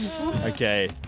Okay